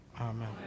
Amen